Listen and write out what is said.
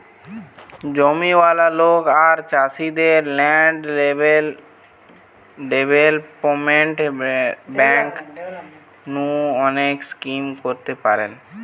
জমিয়ালা লোক আর চাষীদের ল্যান্ড ডেভেলপমেন্ট বেঙ্ক নু অনেক স্কিম করতে পারেন